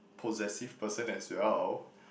possessive person as well